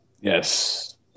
yes